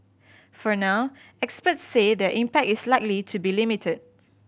for now experts say their impact is likely to be limited